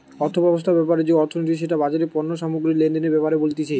অর্থব্যবস্থা ব্যাপারে যে অর্থনীতি সেটা বাজারে পণ্য সামগ্রী লেনদেনের ব্যাপারে বলতিছে